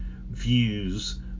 views